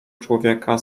człowieka